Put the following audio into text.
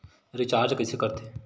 Recharge कइसे कर थे?